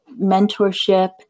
mentorship